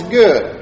good